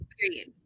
Period